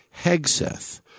Hegseth